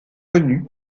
connu